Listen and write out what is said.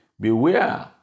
beware